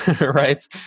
right